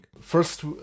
First